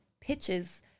pitches